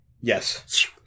Yes